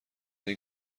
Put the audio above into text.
این